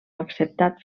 acceptat